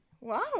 Wow